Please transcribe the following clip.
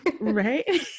Right